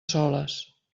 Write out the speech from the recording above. soles